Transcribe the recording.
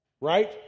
Right